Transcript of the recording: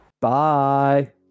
Bye